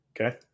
Okay